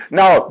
now